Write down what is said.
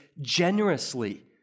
generously